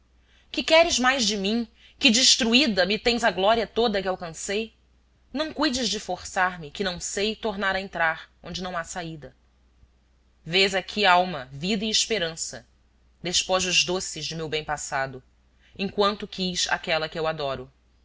que queres mais de mim que destruída me tens a glória toda que alcancei não cuides de forçar me que não sei tornar a entrar onde não há saída vês aqui alma vida e esperança despojos doces de meu bem passado enquanto quis aquela que eu adoro